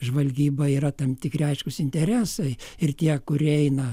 žvalgyba yra tam tikri aiškūs interesai ir tie kurie eina